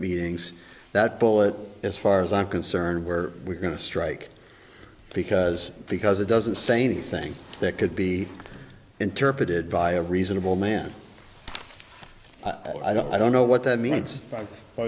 meetings that bullet as far as i'm concerned where we're going to strike because because it doesn't say anything that could be interpreted by a reasonable man i don't know what that means b